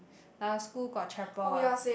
our school got chamber what